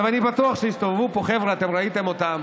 אני בטוח שהסתובבו פה חבר'ה, אתם ראיתם אותם,